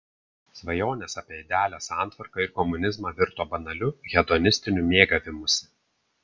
svajonės apie idealią santvarką ir komunizmą virto banaliu hedonistiniu mėgavimusi